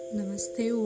Namaste